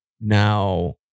Now